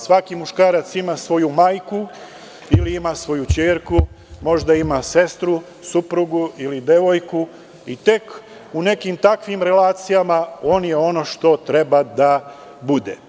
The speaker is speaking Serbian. Svaki muškarac ima svoju majku ili ima svoju ćerku, možda ima sestru, suprugu ili devojku i tek u nekim takvim relacijama on je ono što treba da bude.